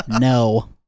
no